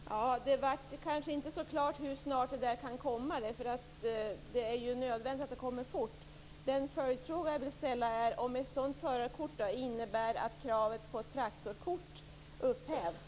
Fru talman! Det blev inte så klart hur snart det där kan komma. Det är nödvändigt att det kommer fort. Den följdfråga jag vill ställa är: Innebär ett sådant förarkort att kravet på traktorkort upphävs?